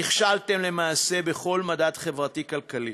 נכשלתם למעשה בכל מדד חברתי-כלכלי.